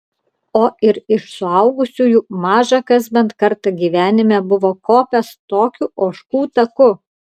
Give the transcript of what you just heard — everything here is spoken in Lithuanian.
o ir iš suaugusiųjų maža kas bent kartą gyvenime buvo kopęs tokiu ožkų taku